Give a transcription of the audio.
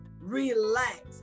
Relax